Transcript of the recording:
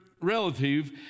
relative